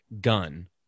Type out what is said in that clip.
gun